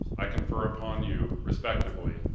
i confer upon you, respectively,